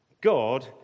God